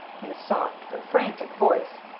in a soft but frantic voice.